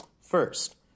First